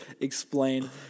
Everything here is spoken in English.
explain